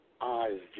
eyes